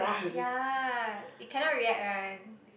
ya you cannot react one